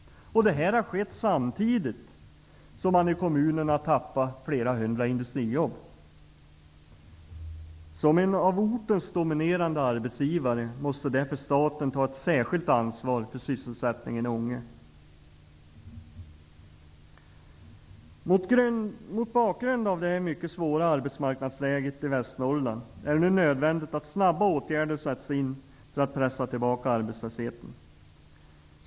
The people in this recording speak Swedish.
Det här har skett samtidigt som kommunen har förlorat flera hundra industrijobb. Som en av ortens dominerande arbetsgivare måste staten därför ta ett särskilt ansvar för sysselsättningen i Ånge. Mot bakgrund av det mycket svåra arbetsmarknadsläget i Västernorrland är det nödvändigt att åtgärder snabbt sätts in för att pressa tillbaka arbetslösheten.